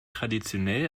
traditionell